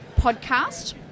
podcast